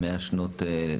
100 שנות לימוד.